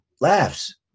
laughs